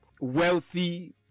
wealthy